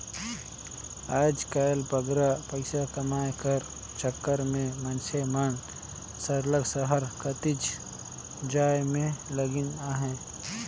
आएज काएल बगरा पइसा कमाए कर चक्कर में मइनसे मन सरलग सहर कतिच जाए में लगिन अहें